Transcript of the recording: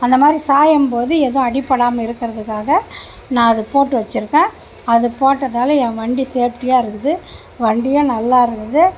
அந்தமாதிரி சாயும்போது எதுவும் அடிப்படாமல் இருக்கிறதுக்காக நான் அது போட்டு வச்சுருக்கேன் அது போட்டதால் என் வண்டி சேஃப்டியாக இருக்குது வண்டியும் நல்லா இருக்குது